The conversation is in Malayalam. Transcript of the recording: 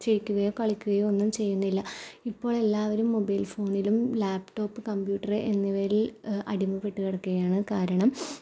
ചിരിക്കുകയോ കളിക്കുകയോ ഒന്നും ചെയ്യുന്നില്ല ഇപ്പോൾ എല്ലാവരും മൊബൈൽ ഫോണിലും ലാപ്പ്ടോപ്പ് കമ്പ്യൂട്ടർ എന്നിവയിൽ അടിമപ്പെട്ട് കിടക്കുകയാണ് കാരണം